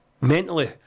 Mentally